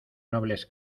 nobles